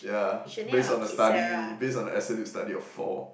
yeah based on the study based on the absolute study of four